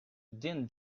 din